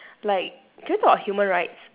like can we talk about human rights